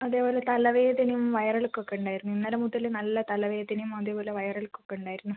അതേപോലെ തലവേദനയും വയറിളക്കവും ഒക്കെ ഉണ്ടായിരുന്നു ഇന്നലെ മുതൽ നല്ല തലവേദനയും അതേപോലെ വയറിളക്കവും ഒക്കെ ഉണ്ടായിരുന്നു